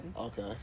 Okay